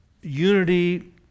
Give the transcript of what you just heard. Unity